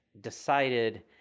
decided